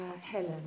Helen